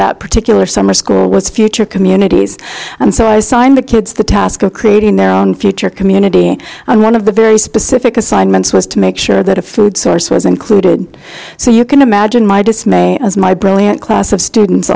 that particular summer school was future communities and so i signed the kids the task of creating their own future community and one of the very specific assignments was to make sure that a food source was included so you can imagine my dismay as my brilliant class of students